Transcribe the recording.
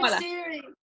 Siri